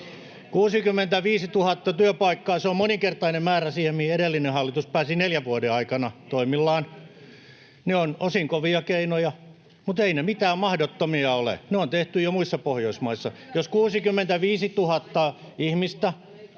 65 000 työpaikkaa. Se on moninkertainen määrä siihen, mihin edellinen hallitus pääsi neljän vuoden aikana toimillaan. Ne ovat osin kovia keinoja, mutta eivät ne mitään mahdottomia ole. Ne on tehty jo muissa Pohjoismaissa. Jos 65 000 ihmistä,